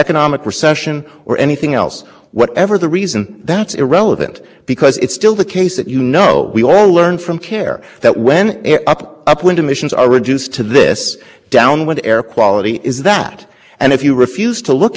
process for the agency to it's going on each year here and looking at her house it was actually not it's not i mean this is these twenty fourteen budgets or it until they initiate a new proceeding because they've